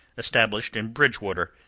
established in bridgewater,